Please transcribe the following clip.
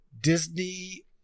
Disney